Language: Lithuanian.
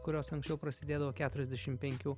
kurios anksčiau prasidėdavo keturiasdešim penkių